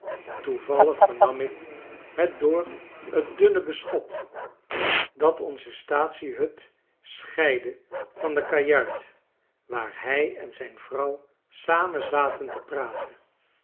toevallig vernam ik het door t dunne beschot dat onze staatsiehut scheidde van de kajuit waar hij en zijn vrouw samen zaten te praten